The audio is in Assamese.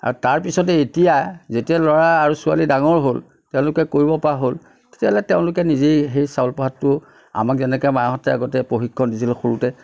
আৰু তাৰপিছতেই এতিয়া যেতিয়া ল'ৰা আৰু ছোৱালী ডাঙৰ হ'ল তেওঁলোকে কৰিবপৰা হ'ল তেতিয়াহ'লে তেওঁলোকে নিজেই সেই চাউল প্ৰসাদটো আমাক যেনেকৈ মাহঁতে আগতে প্ৰশিক্ষণ দিছিল সৰুতে